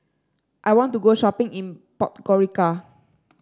I want to go shopping in Podgorica